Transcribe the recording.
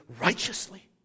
righteously